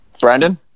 Brandon